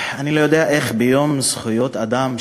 אני לא יודע איך ביום זכויות האדם,